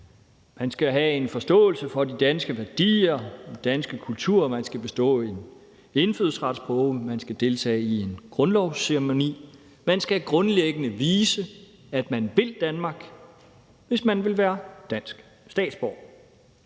man skal have en forståelse for de danske værdier og den danske kultur, man skal bestå en indfødsretsprøve, og man skal deltage i en grundlovsceremoni. Man skal grundlæggende vise, at man vil Danmark, hvis man vil være dansk statsborger.